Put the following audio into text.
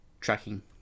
tracking